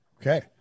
Okay